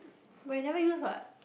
but you never use what